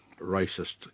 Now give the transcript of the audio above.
racist